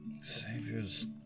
Savior's